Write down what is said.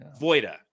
Voida